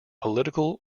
political